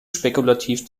spekulativ